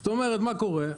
זאת אומרת מה קורה?